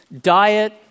diet